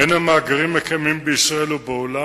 אין המאגרים הקיימים בישראל ובעולם